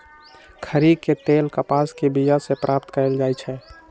खरि के तेल कपास के बिया से प्राप्त कएल जाइ छइ